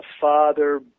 father